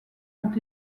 ont